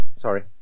sorry